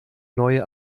neue